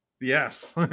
Yes